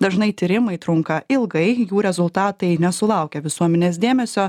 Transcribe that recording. dažnai tyrimai trunka ilgai jų rezultatai nesulaukia visuomenės dėmesio